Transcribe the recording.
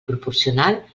proporcional